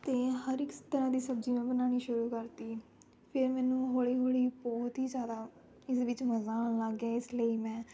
ਅਤੇ ਹਰ ਇੱਕ ਸ ਤਰ੍ਹਾਂ ਦੀ ਸਬਜ਼ੀ ਮੈਂ ਬਣਾਉਣੀ ਸ਼ੁਰੂ ਕਰਤੀ ਫਿਰ ਮੈਨੂੰ ਹੌਲੀ ਹੌਲੀ ਬਹੁਤ ਹੀ ਜ਼ਿਆਦਾ ਇਸ ਦੇ ਵਿੱਚ ਮਜ਼ਾ ਆਉਣ ਲੱਗ ਗਿਆ ਇਸ ਲਈ ਮੈਂ